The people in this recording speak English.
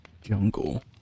jungle